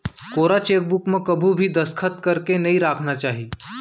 कोरा चेकबूक म कभू भी दस्खत करके नइ राखना चाही